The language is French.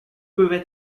peuvent